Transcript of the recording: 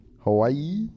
Hawaii